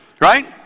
right